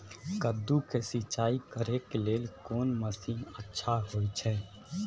कद्दू के सिंचाई करे के लेल कोन मसीन अच्छा होय छै?